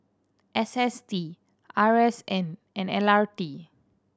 S S T R S N and L R T